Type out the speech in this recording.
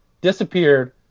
disappeared